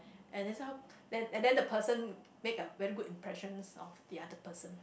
and then some then and then the person make a very good impressions of the other person